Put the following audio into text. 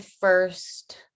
first